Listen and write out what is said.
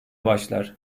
başlar